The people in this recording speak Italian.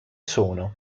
sono